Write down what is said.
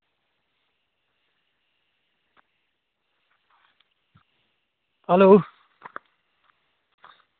hello